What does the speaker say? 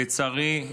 לצערי,